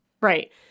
Right